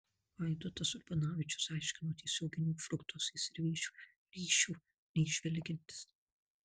vaidotas urbanavičius aiškino tiesioginio fruktozės ir vėžio ryšio neįžvelgiantis